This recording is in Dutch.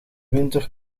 winter